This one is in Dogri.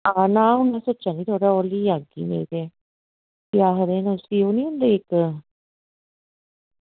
आं में सोचा दी की लेई आह्गी ते आक्खदे ओह् निं होंदे इक्क